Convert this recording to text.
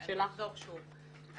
אני אחזור שוב.